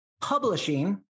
publishing